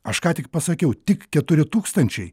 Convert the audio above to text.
aš ką tik pasakiau tik keturi tūkstančiai